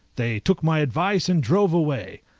they took my advice and drove away.